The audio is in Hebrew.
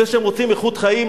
זה שהם רוצים איכות חיים,